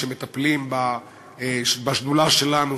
שמטפלים בשדולה שלנו,